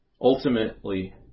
ultimately